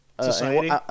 society